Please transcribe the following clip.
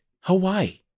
Hawaii